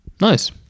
Nice